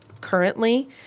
currently